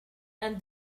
and